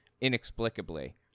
inexplicably